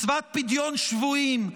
מצוות פדיון שבויים,